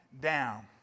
down